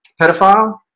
pedophile